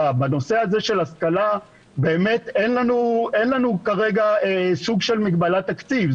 בנושא הזה של השכלה באמת אין לנו כרגע סוג של מגבלת תקציב.